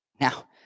Now